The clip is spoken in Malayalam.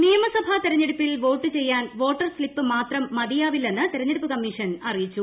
ഡി കാർഡ് നിയമസഭാ തെരഞ്ഞെടുപ്പിൽ വോട്ട് ചെയ്യാൻ വോട്ടർ സ്ലിപ്പ് മാത്രം മതിയാവില്ലെന്ന് തെരഞ്ഞെടുപ്പ് കമ്മീഷൻ അറിയിച്ചു